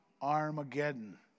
Armageddon